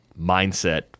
mindset